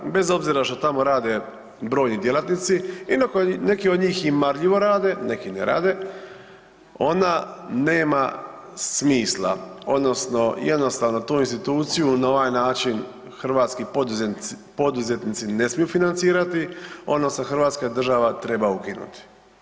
HGK bez obzira što tamo rade brojni djelatnici iako neki od njih i marljivo rade, neki ne rade, ona nema smisla, odnosno jednostavno tu instituciju na ovaj način hrvatski poduzetnici ne smiju financirati, odnosno hrvatska država treba ukinuti.